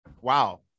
wow